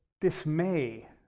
dismay